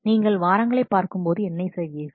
நீங்கள் வாரங்களை பார்க்கும்போது என்ன செய்வீர்கள்